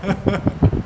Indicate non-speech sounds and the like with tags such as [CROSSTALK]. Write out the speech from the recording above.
[LAUGHS]